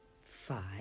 Five